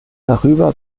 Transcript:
darüber